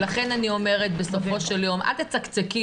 לכן אני אומרת בסופו של יום אל תצקצקי,